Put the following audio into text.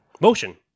motion